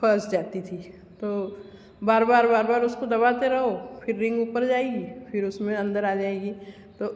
फंस जाती थी तो बार बार बार बार उसको दबाते रहो फिर रिंग ऊपर जाएगी फिर उसमें अंदर आ जाएगी